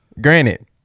Granted